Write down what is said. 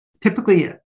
typically